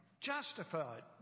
justified